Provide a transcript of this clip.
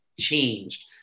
changed